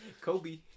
Kobe